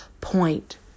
point